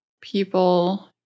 people